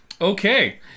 Okay